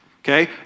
okay